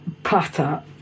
Platter